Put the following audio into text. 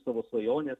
savo svajonę